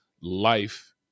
life